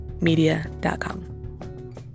media.com